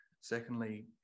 Secondly